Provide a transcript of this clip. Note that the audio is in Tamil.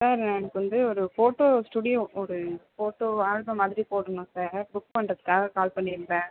சார் எனக்கு வந்து ஒரு ஃபோட்டோ ஸ்டூடியோ ஒரு ஃபோட்டோ ஆல்பம் மாதிரி போட்ணும் சார் புக் பண்ணுறத்துக்காக கால் பண்ணிருந்தேன்